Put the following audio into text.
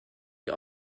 wie